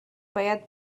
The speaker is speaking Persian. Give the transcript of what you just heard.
باید